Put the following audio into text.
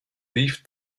leafed